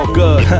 good